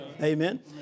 Amen